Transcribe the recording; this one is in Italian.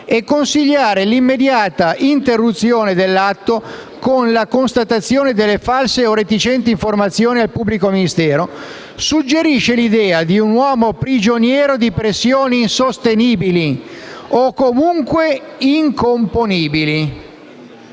e consigliare l'immediata interruzione dell'atto con la contestazione delle "false o reticenti informazioni al pubblico ministero" - suggerisce l'idea di un uomo prigioniero di pressioni insostenibili o comunque incomponibili».